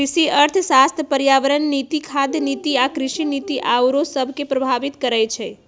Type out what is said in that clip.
कृषि अर्थशास्त्र पर्यावरण नीति, खाद्य नीति आ कृषि नीति आउरो सभके प्रभावित करइ छै